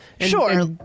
Sure